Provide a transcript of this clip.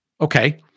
Okay